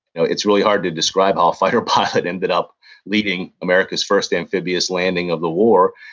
it's really hard to describe how a fighter pilot ended up leading america's first amphibious landing of the war,